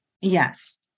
Yes